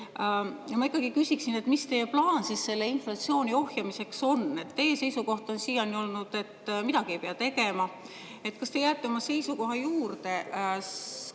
Ma ikkagi küsiksin, mis teie plaan inflatsiooni ohjamiseks on. Teie seisukoht on siiani olnud, et midagi ei pea tegema. Kas te jääte oma seisukoha juurde?